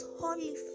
holy